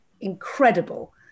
incredible